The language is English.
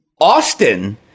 Austin